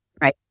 right